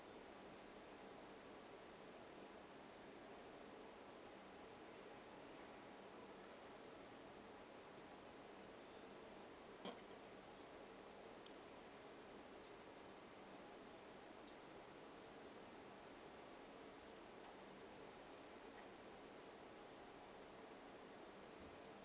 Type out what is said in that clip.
mm